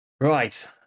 right